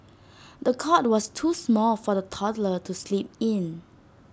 the cot was too small for the toddler to sleep in